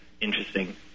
interesting